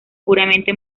puramente